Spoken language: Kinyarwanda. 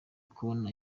kubona